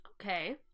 Okay